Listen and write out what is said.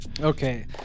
Okay